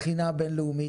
בחינה בין-לאומית,